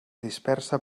dispersa